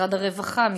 משרד הרווחה,